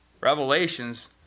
Revelations